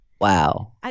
Wow